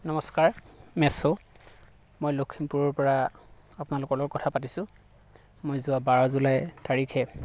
নমস্কাৰ মেছ' মই লখিমপুৰৰ পৰা আপোনালোকৰ লগত কথা পাতিছোঁ মই যোৱা বাৰ জুলাই তাৰিখে